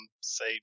say